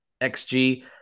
XG